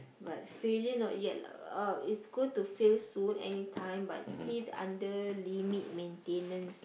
but failure not yet lah uh it's good to fail soon anytime but still under limit maintenance